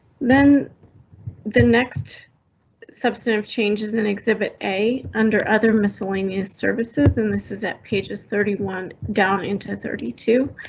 then the next substantive changes in exhibit a under other miscellaneous services in this is that pages thirty one down into thirty two,